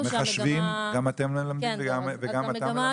מחשבים גם אתם מלמדים וגם אתה מלמד?